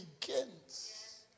begins